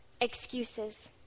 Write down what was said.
excuses